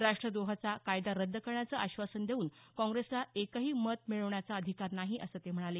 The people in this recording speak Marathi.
राष्ट्रद्रोहाचा कायदा रद्द करण्याचं आश्वासन देऊन काँग्रेसला एकही मत मिळवण्याचा अधिकार नाही असं ते म्हणाले